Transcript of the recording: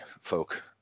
folk